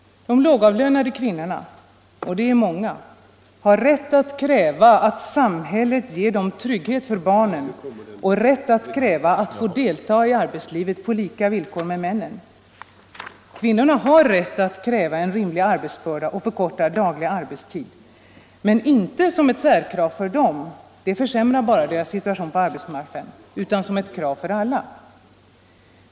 De lågavlönade kvinnorna, och de är många, har rätt att kräva att samhället ger dem trygghet för barnen och rätt att kräva att få delta i arbetslivet på samma villkor som männen. Kvinnorna har rätt att kräva en rimlig arbetsbörda och förkortad daglig arbetstid, men inte som ett särkrav för dem — det försämrar bara deras situation på arbetsmarknaden — utan som ett krav för alla.